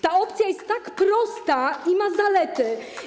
Ta opcja jest tak prosta i ma zalety.